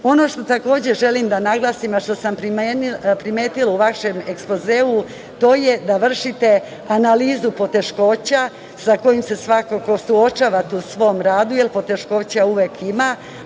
što takođe želim da naglasim, a što sam primetila u vašem ekspozeu, to je da vršite analizu poteškoća sa kojim se svakako suočavate u svom radu, jer poteškoća uvek ima,